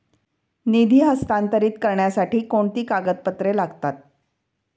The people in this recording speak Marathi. निधी हस्तांतरित करण्यासाठी कोणती कागदपत्रे लागतात?